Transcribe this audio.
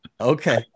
Okay